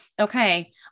Okay